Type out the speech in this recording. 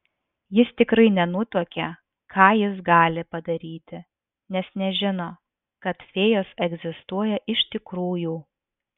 jis tikrai nenutuokė ką jis gali padaryti nes nežino kad fėjos egzistuoja iš tikrųjų